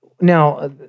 Now